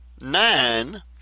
nine